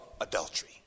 adultery